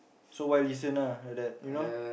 so why listen ah like that you know